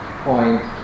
point